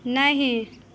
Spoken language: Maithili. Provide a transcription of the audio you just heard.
नहि